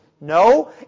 No